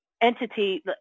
entity